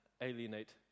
alienate